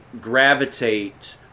gravitate